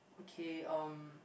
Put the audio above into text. okay um